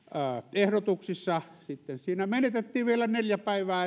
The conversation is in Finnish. ehdotuksissa sitten siinä menetettiin vielä neljä päivää